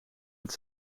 het